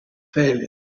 failure